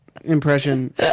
impression